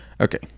Okay